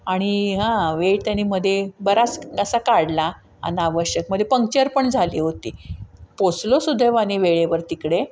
आणि हां वेळ त्याने मध्ये बराच असा काढला अन आवश्यकमध्ये पंक्चर पण झाली होती पोचलो सुदैवाने वेळेवर तिकडे